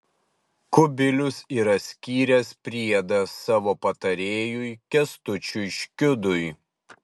kubilius yra skyręs priedą savo patarėjui kęstučiui škiudui